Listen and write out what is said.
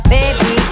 Baby